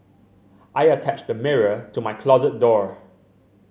I attached a mirror to my closet door